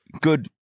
good